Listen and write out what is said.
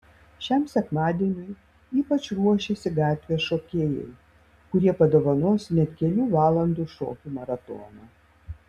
šiam sekmadieniui ypač ruošiasi gatvės šokėjai kurie padovanos net kelių valandų šokių maratoną